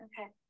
Okay